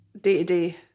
Day-to-day